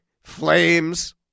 flames